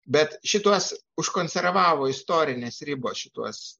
bet šituos užkonservavo istorinės ribas šituos